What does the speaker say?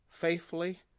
faithfully